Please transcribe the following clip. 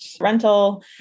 rental